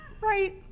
Right